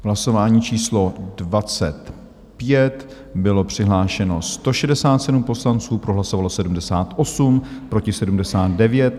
Hlasování číslo 25, bylo přihlášeno 167 poslanců, pro hlasovalo 78, proti 79.